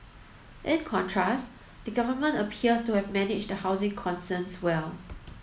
in contrast the government appears to have managed the housing concerns well